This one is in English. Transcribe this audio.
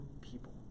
people